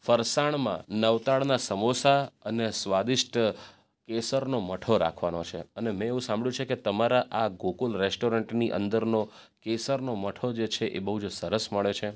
ફરસાણમાં નવતાડનાં સમોસા અને સ્વાદિષ્ટ કેસરનો મઠો રાખવાનો છે અને મેં એવું સાંભળ્યું છે કે તમારા આ ગોકુલ રેસ્ટોરન્ટની અંદરનો કેસરનો મઠો જે છે એ બહુ જ સરસ મળે છે